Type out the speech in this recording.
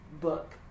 book